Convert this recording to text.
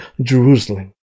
Jerusalem